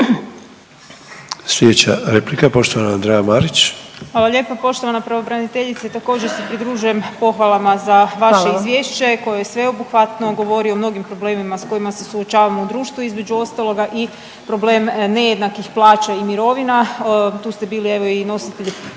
Sljedeća replika, poštovana Andreja Marić. **Marić, Andreja (SDP)** Hvala lijepa poštovana pravobraniteljice. Također se pridružujem pohvalama za vaše … .../Upadica: Hvala vam./... Izvješće koje je sveobuhvatno, govori o mnogim problemima s kojima se suočavamo u društvu, između ostaloga i problem nejednakih plaća i mirovina. Tu ste bili, evo i nositelj